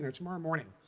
and tomorrow morning.